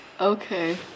Okay